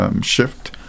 shift